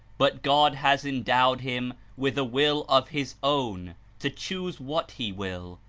but god has endowed him with a will of his own to choose what he will,